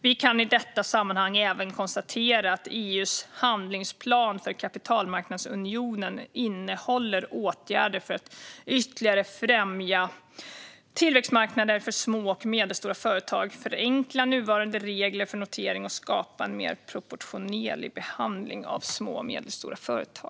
Vi kan i detta sammanhang även konstatera att EU:s handlingsplan för kapitalmarknadsunionen innehåller åtgärder för att ytterligare främja tillväxtmarknader för små och medelstora företag, förenkla nuvarande regler för notering och skapa en mer proportionerlig behandling av små och medelstora företag.